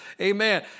Amen